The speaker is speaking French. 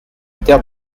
terre